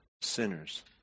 sinners